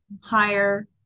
higher